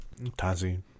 Tazi